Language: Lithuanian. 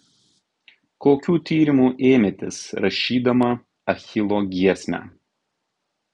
kokių tyrimų ėmėtės rašydama achilo giesmę